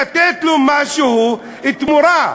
לתת לו משהו בתמורה,